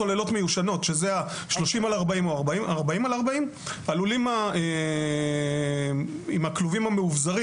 סוללות מיושנות שזה 30 על 40 או 40 על 40. הלולים עם הכלובים המאובזרים